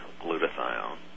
glutathione